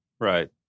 right